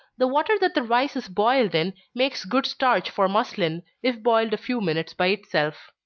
the water that the rice is boiled in, makes good starch for muslin, if boiled a few minutes by itself.